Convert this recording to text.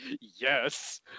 Yes